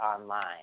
online